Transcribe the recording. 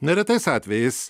neretais atvejais